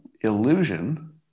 illusion